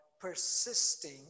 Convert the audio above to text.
persisting